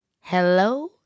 Hello